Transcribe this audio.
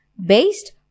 based